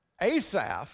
Asaph